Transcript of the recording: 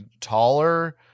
taller